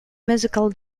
musical